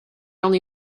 only